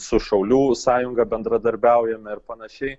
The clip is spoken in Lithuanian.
su šaulių sąjunga bendradarbiaujame ir panašiai